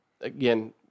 Again